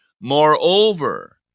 Moreover